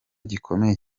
gikomeye